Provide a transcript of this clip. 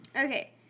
Okay